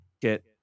Get